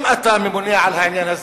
אם אתה ממונה על העניין הזה,